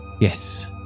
Yes